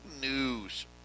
news